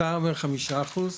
עכשיו,